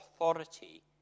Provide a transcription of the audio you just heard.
authority